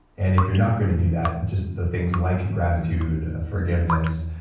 and if you're not going to do that just the things like gratitude, forgiveness,